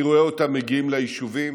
אני רואה אותם מגיעים ליישובים,